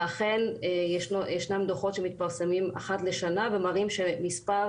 ואכן יש דוחות שמתפרסמים אחת לשנה ומראים שמספר